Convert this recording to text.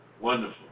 wonderful